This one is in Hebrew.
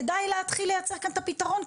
כדאי להתחיל לייצר כאן את הפתרון,